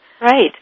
Right